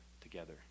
together